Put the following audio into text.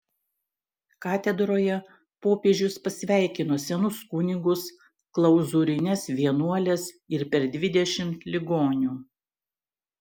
katedroje popiežius pasveikino senus kunigus klauzūrines vienuoles ir per dvidešimt ligonių